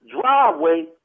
driveway